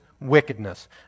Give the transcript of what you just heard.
wickedness